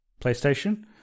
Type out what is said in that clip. PlayStation